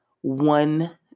one